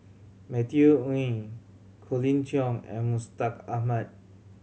Matthew Ngui Colin Cheong and Mustaq Ahmad